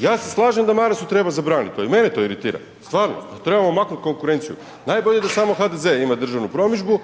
Ja se slažem da Marasu treba zabraniti to. I mene to iritira, stvarno, trebamo maknuti konkurenciju, najbolje da samo HDZ ima državnu promidžbu,